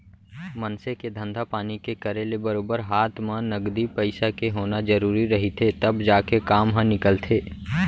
मनसे के धंधा पानी के करे ले बरोबर हात म नगदी पइसा के होना जरुरी रहिथे तब जाके काम ह निकलथे